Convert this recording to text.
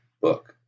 book